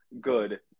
good